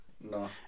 No